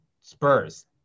Spurs